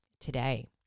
today